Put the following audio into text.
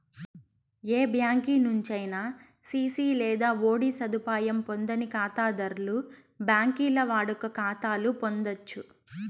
ఏ బ్యాంకి నుంచైనా సిసి లేదా ఓడీ సదుపాయం పొందని కాతాధర్లు బాంకీల్ల వాడుక కాతాలు పొందచ్చు